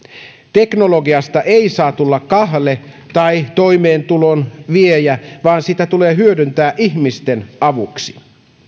teknologiasta ei saa tulla kahle tai toimeentulon viejä vaan sitä tulee hyödyntää ihmisten avuksi